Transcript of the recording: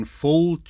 full